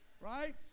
right